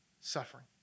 suffering